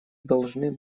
должны